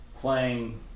playing